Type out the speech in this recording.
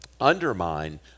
undermine